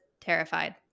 terrified